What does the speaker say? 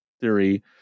theory